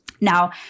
Now